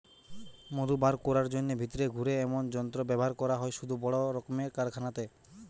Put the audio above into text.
মধু বার কোরার জন্যে ভিতরে ঘুরে এমনি যন্ত্র ব্যাভার করা হয় শুধু বড় রক্মের কারখানাতে